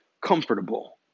comfortable